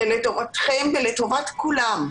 זה לטובתכם ולטובת כולם.